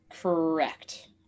correct